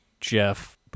Jeff